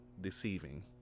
deceiving